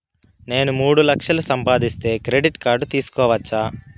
నేను మూడు లక్షలు సంపాదిస్తే క్రెడిట్ కార్డు తీసుకోవచ్చా?